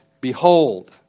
behold